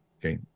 Okay